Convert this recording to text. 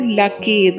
lucky